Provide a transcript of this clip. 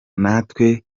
natwe